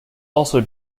also